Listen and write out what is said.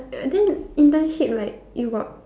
then internship like you got